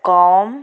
କମ୍